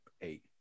eight